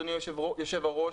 אדוני היושב-ראש,